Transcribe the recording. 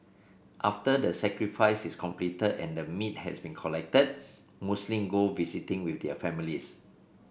after the sacrifice is completed and the meat has been collected Muslim go visiting with their families